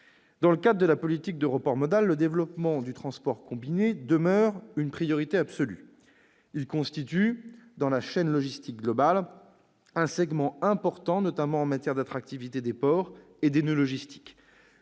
Dans le cadre de la politique de report modal, le développement du transport combiné demeure une priorité absolue. Celui-ci constitue, dans la chaîne logistique globale, un segment important, en matière notamment d'attractivité des ports et des noeuds logistiques.